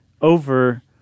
over